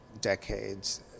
decades